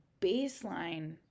baseline